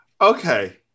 okay